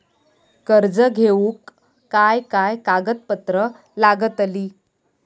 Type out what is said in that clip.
कर्ज घेऊक काय काय कागदपत्र लागतली?